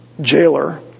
jailer